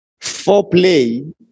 foreplay